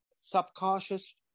subconscious